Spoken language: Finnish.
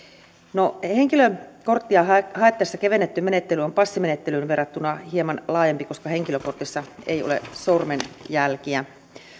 henkilökorttia haettaessa kevennetty menettely on passimenettelyyn verrattuna hieman laajempi koska henkilökortissa ei ole sormenjälkiä